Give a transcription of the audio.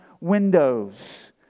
windows